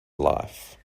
life